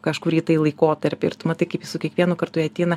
kažkurį tai laikotarpį ir tu matai kaip su kiekvienu kartu jie ateina